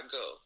go